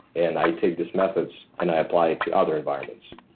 and i take these methods, and i apply it to other environments.